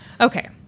Okay